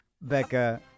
Becca